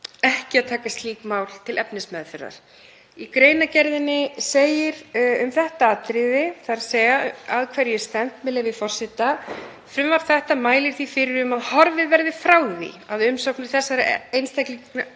ekki að taka slík mál til efnismeðferðar. Í greinargerðinni segir um þetta atriði, þ.e. að hverju er stefnt, með leyfi forseta: „Frumvarp þetta mælir því fyrir um að horfið verði frá því að umsóknir þessara einstaklinga